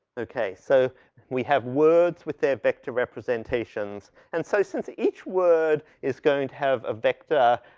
okay. so we have words with their vector representations. and so since each word is going to have a vector,